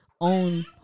own